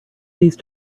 these